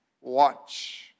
watch